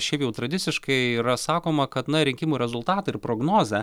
šiaip jau tradiciškai yra sakoma kad na rinkimų rezultatą ir prognozę